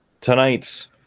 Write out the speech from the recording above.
tonight's